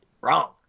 Wrong